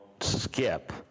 skip